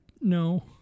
No